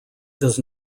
does